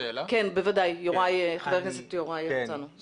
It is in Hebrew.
חבר הכנסת יוראי הרצנו, בבקשה.